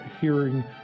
hearing